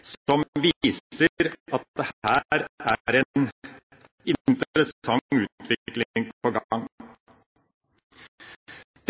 som viser at det her er en interessant utvikling på gang.